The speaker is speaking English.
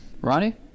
Ronnie